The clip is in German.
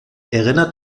erinnert